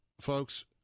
folks